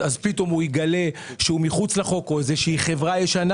או איזו שהיא חברה ישנה,